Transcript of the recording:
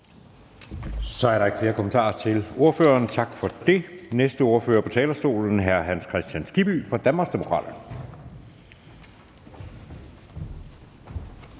Så er der ikke flere kommentarer til ordføreren. Tak for det. Næste ordfører på talerstolen er hr. Hans Kristian Skibby fra Danmarksdemokraterne.